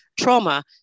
trauma